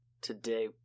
today